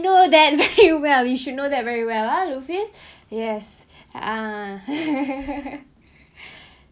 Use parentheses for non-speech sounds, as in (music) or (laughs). you know (laughs) that you well you should know that very well uh lufy yes uh (laughs)